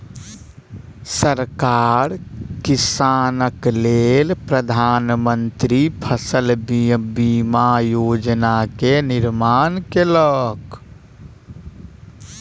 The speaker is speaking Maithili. सरकार कृषकक लेल प्रधान मंत्री फसल बीमा योजना के निर्माण कयलक